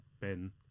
Ben